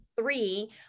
three